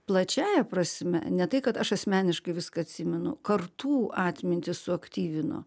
plačiąja prasme ne tai kad aš asmeniškai viską atsimenu kartų atmintį suaktyvino